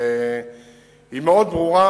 שהיא מאוד ברורה,